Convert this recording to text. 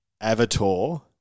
Avatar